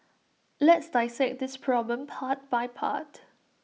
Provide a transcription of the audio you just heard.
let's dissect this problem part by part